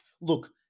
look